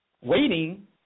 waiting